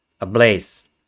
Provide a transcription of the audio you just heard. ablaze